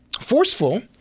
forceful